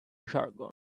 jargon